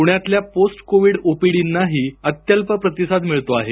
पुण्यातल्या post Covid ओपीडींनाही अत्यल्प प्रतिसाद मिळतो आहे